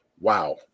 wow